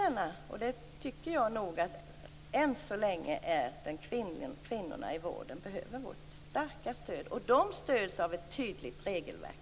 Jag tycker att det än så länge är kvinnorna som behöver vårt starka stöd. De stöds av ett tydligt regelverk.